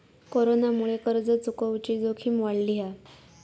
कोरोनामुळे कर्ज चुकवुची जोखीम वाढली हा